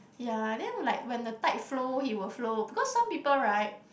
ya and then like when the tide flow he will flow because some people right